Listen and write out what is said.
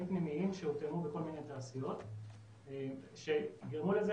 פנימיים שהותאמו בכל מיני תעשיות שיגרמו לזה